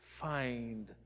find